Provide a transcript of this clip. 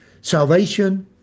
Salvation